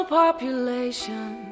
population